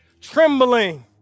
trembling